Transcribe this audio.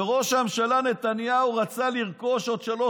שראש הממשלה נתניהו רצה לרכוש עוד שלוש